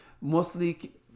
Mostly